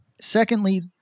Secondly